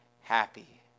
happy